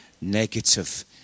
negative